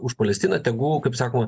už palestiną tegul kaip sakoma